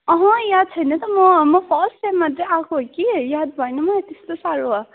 अहँ याद छैन त म म फर्स्ट टाइम मात्रै आएको हो कि याद भएन मलाई त्यस्तो साह्रो